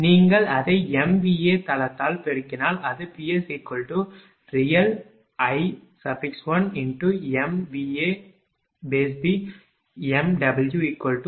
நீங்கள் அதை MVA தளத்தால் பெருக்கினால் அது PsrealI1MVAB MWrealI1MVAB ×1000 kWrealI1105kW